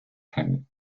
teil